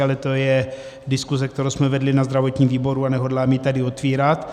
Ale to je diskuse, kterou jsme vedli na zdravotním výboru, a nehodlám ji tady otvírat.